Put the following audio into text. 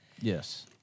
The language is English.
Yes